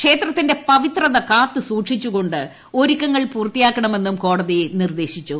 ക്ഷേത്രത്തിന്റെ പവിത്രത കാത്ത് സൂക്ഷിച്ചുകൊണ്ട് ഒരുക്കങ്ങൾ പൂർത്തിയാക്കണമെന്നും കോടതി നിർദ്ദേശിച്ചു